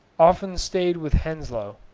often stayed with henslow,